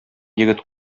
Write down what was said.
егет